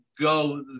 go